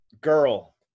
girl